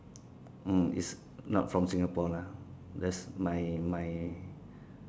mm it's not from Singapore lah that's my my